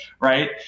right